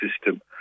system